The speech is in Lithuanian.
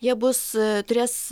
jie bus turės